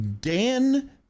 Dan